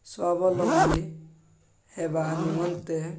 ସ୍ୱାବଲମ୍ବୀ ହେବା ନିମନ୍ତେ